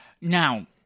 Now